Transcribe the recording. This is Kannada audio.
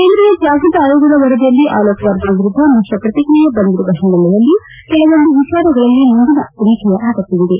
ಕೇಂದ್ರೀಯ ಜಾಗೃತ ಆಯೋಗದ ವರದಿಯಲ್ಲಿ ಅರೋಕ್ ವರ್ಮಾ ವಿರುದ್ದ ಮಿಶ್ರ ಶ್ರತಿಕ್ರಿಯೆ ಬಂದಿರುವ ಹಿನ್ನೆಲೆಯಲ್ಲಿ ಕೆಲವೊಂದು ವಿಚಾರಗಳಲ್ಲಿ ಮುಂದಿನ ತನಿಖೆಯ ಅಗತ್ಯವಿದೆ